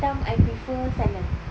hitam I prefer sana